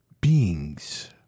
beings